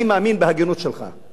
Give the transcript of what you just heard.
אני מאמין בהגינות שלך.